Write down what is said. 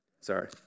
Sorry